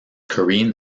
korean